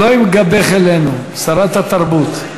לא עם גבך אלינו, שרת התרבות.